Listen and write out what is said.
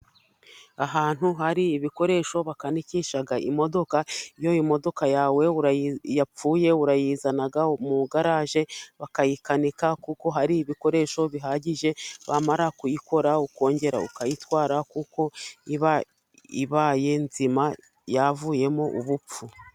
Ahantu hari ibikoresho bakanikisha imodoka. Iyo imodoka yawe yapfuye, urayizana mu igaraje, bakayikanika kuko hari ibikoresho bihagije. Bamara kuyikora ukongera ukayitwara kuko iba ibaye nzima yavuyemo ubupfu.